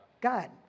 God